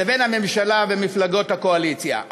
לבין הממשלה ומפלגות הקואליציה,